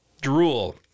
drool